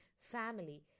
family